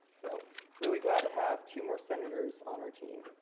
so really glad to have two more senators on our team.